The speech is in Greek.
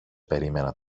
περίμενα